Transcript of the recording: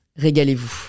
régalez-vous